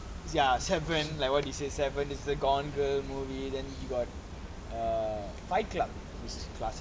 ya seven like what he said seven is the gone girl movie then you got err fight club is classic